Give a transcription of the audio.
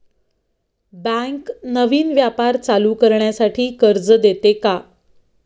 Bank नवीन व्यापार चालू करण्यासाठी कर्ज देते का?